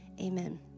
amen